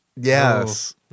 Yes